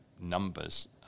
numbers